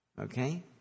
Okay